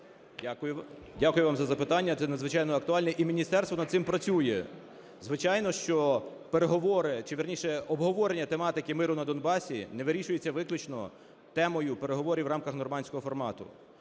Дякую вам за запитання. Це надзвичайно актуально. І Міністерство над цим працює. Звичайно, що переговори, чи, вірніше, обговорення тематики миру на Донбасі не вирішується виключно темою переговорів в рамках "нормандського формату".